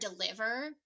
deliver